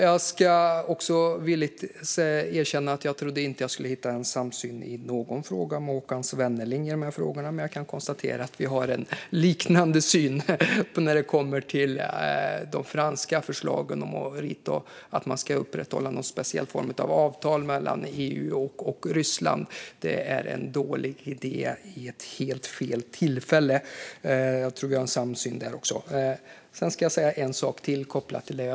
Jag ska villigt erkänna att jag inte trodde att jag skulle hitta samsyn i någon fråga med Håkan Svenneling, men jag kan konstatera att vi har en liknande syn när det kommer till de franska förslagen att man ska upprätthålla någon speciell form av avtal mellan EU och Ryssland. Det är en dålig idé vid helt fel tillfälle. Jag tror att vi har en samsyn där också. Jag ska säga en sak till kopplat till detta.